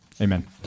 amen